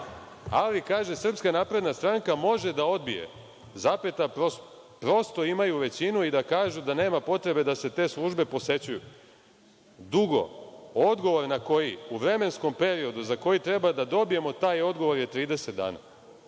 ali kaže SNS može da odbije, prosto, imaju većinu i da kažu da nema potrebe da se te službe posećuju. Drugo, odgovor na koji u vremenskom periodu za koji treba da dobijemo taj odgovor je 30 dana.